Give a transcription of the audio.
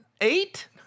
Eight